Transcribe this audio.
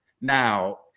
Now